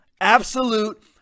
absolute